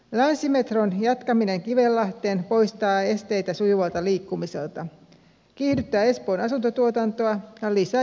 länsimetron jatkaminen kivenlahteen poistaa esteitä sujuvalta liikkumiselta kiihdyttää espoon asuntotuotantoa ja lisää joukkoliikenteen käyttöä